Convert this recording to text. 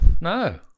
no